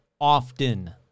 often